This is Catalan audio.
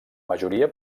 majoria